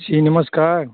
जी नमस्कार